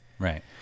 Right